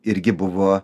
irgi buvo